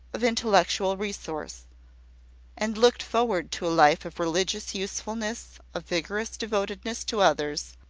of intellectual resource and looked forward to a life of religious usefulness, of vigorous devotedness to others,